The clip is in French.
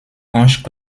ange